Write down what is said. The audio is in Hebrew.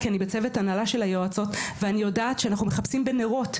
כי אני בצוות הנהלה של היועצות ואני יודעת שאנחנו מחפשים בנרות,